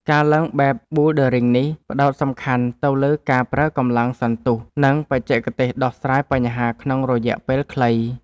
ការឡើងបែបប៊ូលឌើរីងនេះ ផ្ដោតសំខាន់ទៅលើការប្រើកម្លាំងសន្ទុះ និងបច្ចេកទេសដោះស្រាយបញ្ហាក្នុងរយៈពេលខ្លី។